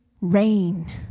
rain